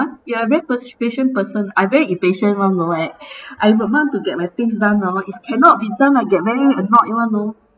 you're a ver~ patient person I very impatient [one] know right I have a month to get my things done hor if cannot be done I get very annoyed [one] you know